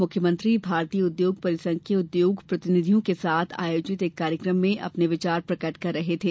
मुख्यमंत्री भारतीय उद्योग परिसंघ के उद्योग प्रतिनिधियों के साथ आयोजित एक कार्यक्रम में अपने विचार प्रकट कर रहे थे